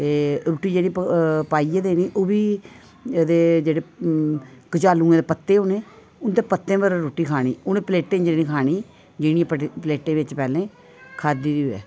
ते रुट्टी जेह्ड़ी पाइयै देनी ओह् बी ते जेह्ड़े कचालुएं दे पत्ते होने उ'नें पत्तें पर रुट्टी खानी उ'नें प्लेटें जेह्ड़े प्लेटें च पैह्लें खाद्धी दी होऐ